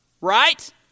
right